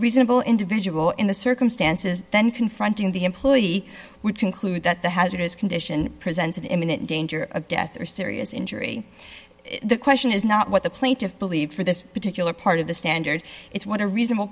reasonable individual in the circumstances then confronting the employee would conclude that the hazardous condition presents an imminent danger of death or serious injury the question is not what the plaintiffs believe for this particular part of the standard it's what a reasonable